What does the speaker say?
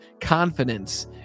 confidence